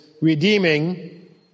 redeeming